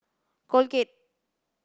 Colgate